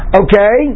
okay